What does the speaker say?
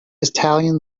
italian